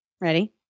Ready